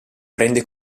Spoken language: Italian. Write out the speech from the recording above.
prende